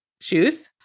shoes